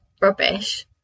rubbish